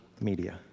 media